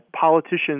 politicians